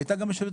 היום יום שלישי,